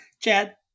Chad